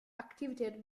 activated